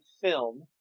film